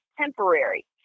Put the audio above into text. temporary